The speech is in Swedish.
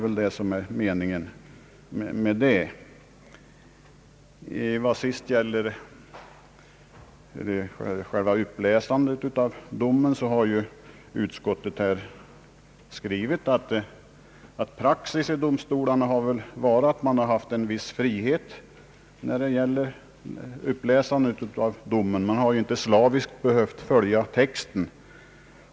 Vad till sist gäller själva uppläsandet av domen har utskottet skrivit att praxis i domstolarna har varit att man haft en viss frihet i detta avseende. Man har inte slaviskt behövt följa texten.